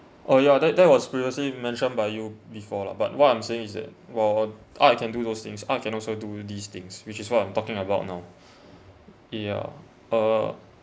oh yeah that that was previously mentioned by you before lah but what I'm saying is that while art can do those things art can also do these things which is what I'm talking about now yeah uh